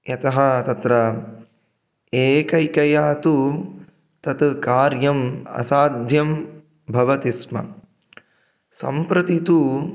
यतः तत्र एकैकया तु तत् कार्यम् असाध्यं भवति स्म सम्प्रति तु